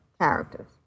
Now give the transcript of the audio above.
characters